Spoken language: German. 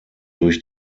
durch